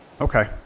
Okay